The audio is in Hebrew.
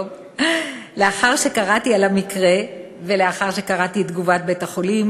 לאחר שקראתי על המקרה ולאחר שקראתי את תגובת בית-החולים,